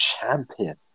champion